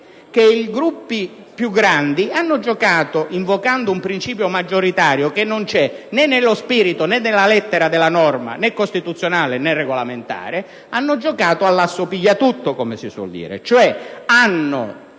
I Gruppi più grandi, invocando un principio maggioritario che non c'è né nello spirito né nella lettera della norma (né costituzionale né regolamentare), hanno giocato all'asso piglia tutto, come si suol dire: avendo